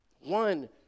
One